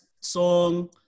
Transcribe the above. song